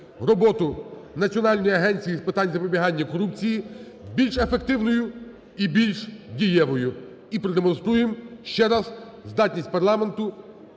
роботу Національної агенції з питань запобігання корупції більш ефективною і більш дієвою, і продемонструємо ще раз здатність парламенту